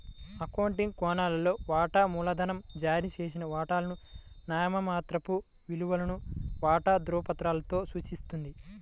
accounting కోణంలో, వాటా మూలధనం జారీ చేసిన వాటాల నామమాత్రపు విలువను వాటా ధృవపత్రాలలో సూచిస్తుంది